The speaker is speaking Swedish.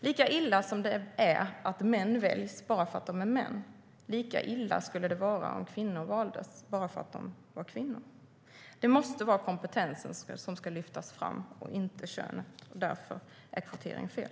Lika illa som det är att män väljs bara för att de är män skulle det vara om kvinnor valdes bara för att de är kvinnor. Det måste vara kompetensen som ska lyftas fram och inte könet. Därför är kvotering fel.